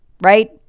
right